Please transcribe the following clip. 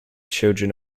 children